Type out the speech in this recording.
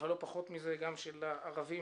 אבל לא פחות מזה, גם של הערבים